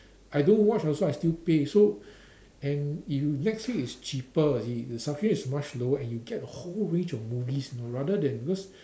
I don't watch also I still pay so and if netflix is cheaper you see the subscription is much lower and you get a whole range of movies you know rather than because